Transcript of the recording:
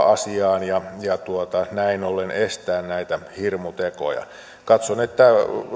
asiaan ja ja näin ollen estää näitä hirmutekoja katson että